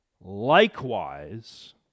likewise